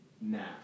now